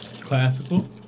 Classical